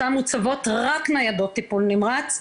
שם מוצבות רק ניידות טיפול נמרץ,